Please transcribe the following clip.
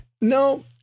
no